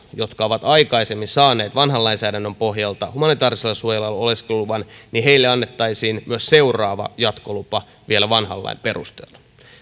jotka ovat aikaisemmin saaneet vanhan lainsäädännön pohjalta humanitäärisellä suojelulla oleskeluluvan annettaisiin myös seuraava jatkolupa vielä vanhan lain perusteella